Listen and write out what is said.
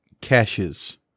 caches